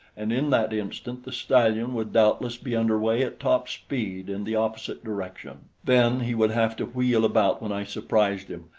and in that instant the stallion would doubtless be under way at top speed in the opposite direction. then he would have to wheel about when i surprised him,